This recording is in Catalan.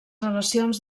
relacions